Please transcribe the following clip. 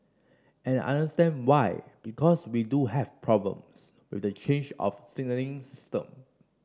and I understand why because we do have problems with the change of the signalling system